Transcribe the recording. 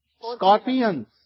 scorpions